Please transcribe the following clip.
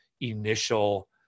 initial